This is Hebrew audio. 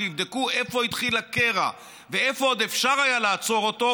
כשיבדקו איפה התחיל הקרע ואיפה עוד אפשר היה לעצור אותו,